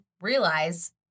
realize